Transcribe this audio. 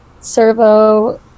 servo